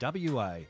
WA